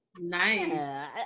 nice